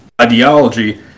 ideology